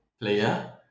player